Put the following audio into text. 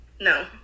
no